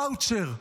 ואוצ'ר,